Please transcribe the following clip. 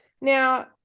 Now